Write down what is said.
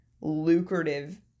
lucrative